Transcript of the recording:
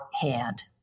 hand